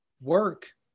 work